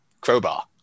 Crowbar